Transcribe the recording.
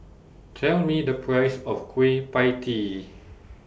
Tell Me The Price of Kueh PIE Tee